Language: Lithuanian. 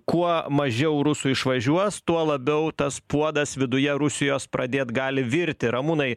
kuo mažiau rusų išvažiuos tuo labiau tas puodas viduje rusijos pradėt gali virti ramūnai